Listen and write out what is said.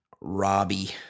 Robbie